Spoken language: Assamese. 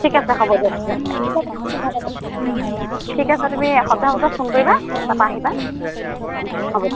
ঠিক আছে হ'ব দিয়ক তেতিয়াহ'লে এসপ্তাহ পাছত ফোন এটা কৰিবা ঠিক আছে তুমি সপ্তাহৰ পাছত ফোন কৰিবা তাৰপৰা আহিবা হ'ব